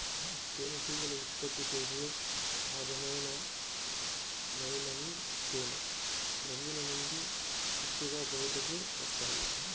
తేనెటీగలు ఉత్పత్తి చేసే సహజమైన మైనము తేనె గ్రంధుల నుండి పొట్టుగా బయటకు వస్తాది